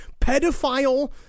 pedophile